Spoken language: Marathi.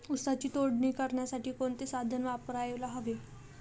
ऊसाची तोडणी करण्यासाठी कोणते साधन वापरायला हवे?